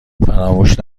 فراموش